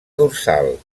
dorsal